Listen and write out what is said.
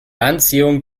anziehung